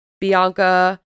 Bianca